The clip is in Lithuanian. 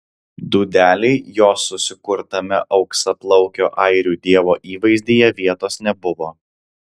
dūdelei jos susikurtame auksaplaukio airių dievo įvaizdyje vietos nebuvo